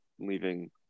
Leaving